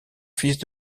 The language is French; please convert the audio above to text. fils